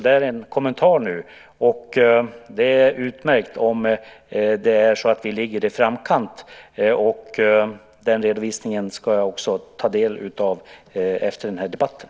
Det är utmärkt om det är så att vi ligger i framkant. Den redovisningen ska jag ta del av efter debatten.